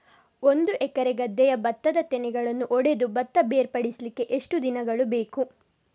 ಒಂದು ಎಕರೆ ಗದ್ದೆಯ ಭತ್ತದ ತೆನೆಗಳನ್ನು ಹೊಡೆದು ಭತ್ತ ಬೇರ್ಪಡಿಸಲಿಕ್ಕೆ ಎಷ್ಟು ದಿನಗಳು ಬೇಕು?